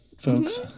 folks